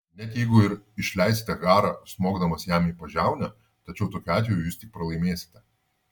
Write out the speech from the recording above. net jeigu ir išleisite garą smogdamas jam į pažiaunę tačiau tokiu atveju jūs tik pralaimėsite